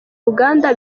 ruganda